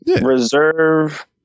reserve